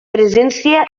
presència